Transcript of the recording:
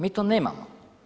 Mi to nemamo.